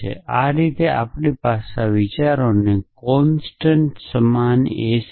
સારી રીતે આપણા માટે આ વિચારોને કોંસ્ટંટ સમાન એસ